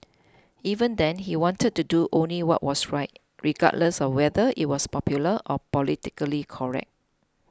even then he wanted to do only what was right regardless of whether it was popular or politically correct